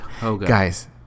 guys